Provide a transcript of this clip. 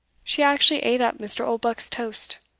she actually ate up mr. oldbuck's toast,